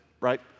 right